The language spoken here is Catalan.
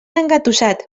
engatussat